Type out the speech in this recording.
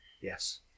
Yes